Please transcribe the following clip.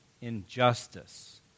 Injustice